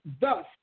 thus